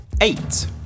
eight